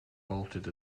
bolted